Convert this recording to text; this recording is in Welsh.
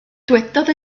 dywedodd